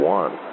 one